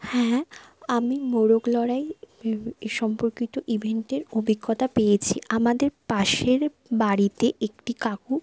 হ্যাঁ আমি মোরগ লড়াই ভেবে এ সম্পর্কিত ইভেন্টের অভিজ্ঞতা পেয়েছি আমাদের পাশের বাড়িতে একটি কাকু